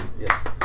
Yes